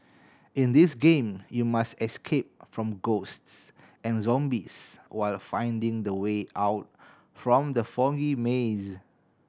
in this game you must escape from ghosts and zombies while finding the way out from the foggy maze